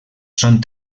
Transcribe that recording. són